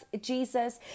Jesus